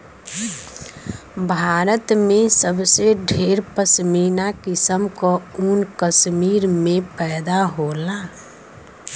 भारत में सबसे ढेर पश्मीना किसम क ऊन कश्मीर में पैदा होला